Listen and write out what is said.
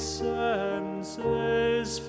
senses